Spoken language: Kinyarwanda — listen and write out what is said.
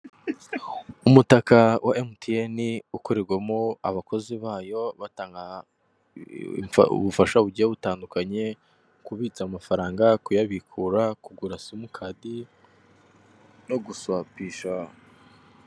Umutaka wa emutiyeni ukorerwamo abakozi bayo batanga ubufasha bugiye butandukanye, kubitsa amafaranga, kuyabikura, kugura simukadi no guswapisha.